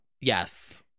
Yes